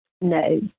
No